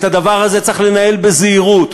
את הדבר הזה צריך לנהל בזהירות.